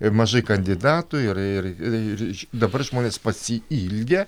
ir mažai kandidatų ir ir ir dabar žmonės pasiilgę